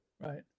Right